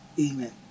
Amen